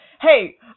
hey